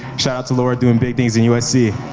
shout-out to laura doing big things in usc.